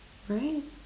right